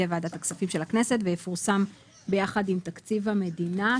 ועדת הכספים של הכנסת ויפורסם ביחד עם תקציב המדינה.